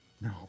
No